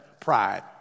Pride